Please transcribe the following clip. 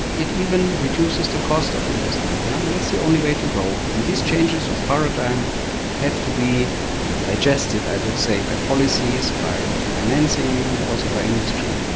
it even reduces the cost of investment and that's the only way to go. and these changes of paradigm have to be digested, i would say, by policies, by financing, also by industry.